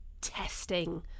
testing